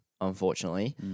unfortunately